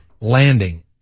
landing